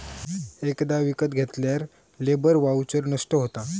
एकदा विकत घेतल्यार लेबर वाउचर नष्ट होता